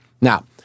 Now